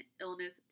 illness